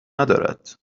ندارد